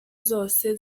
zose